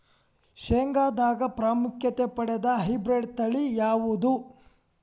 ಶೇಂಗಾದಾಗ ಪ್ರಾಮುಖ್ಯತೆ ಪಡೆದ ಹೈಬ್ರಿಡ್ ತಳಿ ಯಾವುದು?